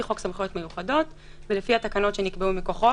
חוק סמכויות מיוחדות ולפי התקנות שנקבעו מכוחו,